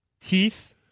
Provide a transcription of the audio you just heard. teeth